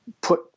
put